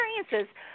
experiences